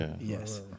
Yes